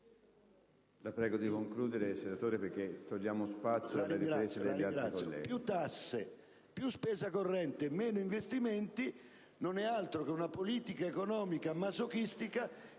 La prego di concludere, senatore Baldassarri, perché togliamo spazio alle riprese per gli altri colleghi.